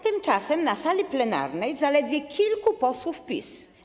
Tymczasem na sali plenarnej jest zaledwie kilku posłów PiS.